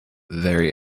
very